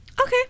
Okay